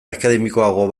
akademikoago